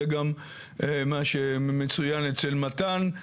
זה גם מה שמצוין אצל מתן.